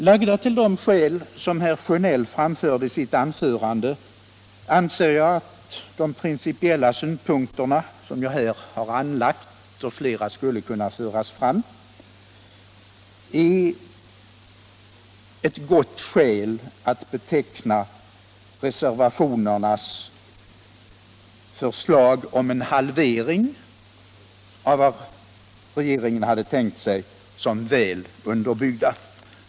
Lagda till de skäl som herr Sjönell framförde i sitt anförande anser jag att de principiella synpunkter som jag här har anlagt — flera skulle kunna föras fram — är tillräckliga för att beteckna reservanternas förslag om en halvering av vad regeringen hade tänkt sig som väl underbyggda.